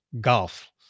golf